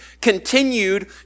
continued